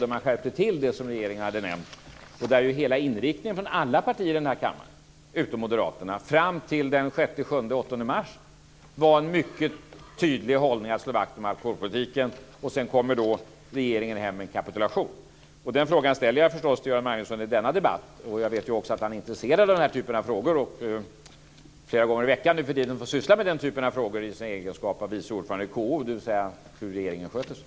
Där skärpte man till det som regeringen hade nämnt. Hela inriktningen från alla partier i den här kammaren utom moderaterna fram till den 6, 7 och 8 mars var också en mycket tydlig hållning att slå vakt om alkoholpolitiken. Sedan kommer då regeringen hem med en kapitulation. Den frågan ställer jag förstås till Göran Magnusson i denna debatt. Jag vet också att han är intresserad av den här typen av frågor och att han nu för tiden flera gånger i veckan i sin egenskap av vice ordförande i KU får syssla med den typen av frågor om hur regeringen sköter sig.